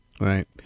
Right